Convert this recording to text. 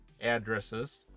addresses